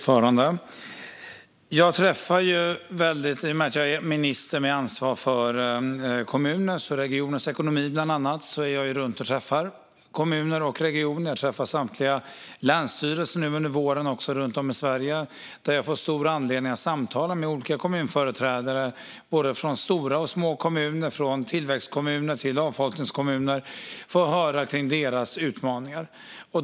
Fru talman! I och med att jag är minister med ansvar för kommuners och regioners ekonomi, bland annat, åker jag runt och träffar kommuner och regioner. Nu under våren träffar jag också samtliga länsstyrelser runt om i Sverige. Jag får då anledning att samtala med olika kommunföreträdare från både stora och små kommuner, från tillväxtkommuner till avfolkningskommuner, för att höra om deras utmaningar.